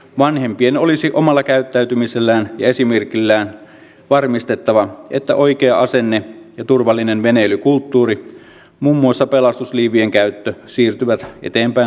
vanhempien olisi omalla käyttäytymisellään ja esimerkillään varmistettava että oikea asenne ja turvallinen veneilykulttuuri muun muassa pelastusliivien käyttö siirtyvät eteenpäin lapsille